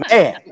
Man